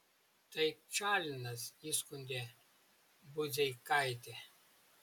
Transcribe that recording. tai pčalinas įskundė budzeikaitę